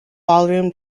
ballroom